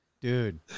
Dude